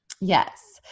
Yes